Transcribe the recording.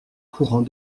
courant